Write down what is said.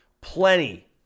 plenty